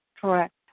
Correct